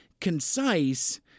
concise